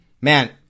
Man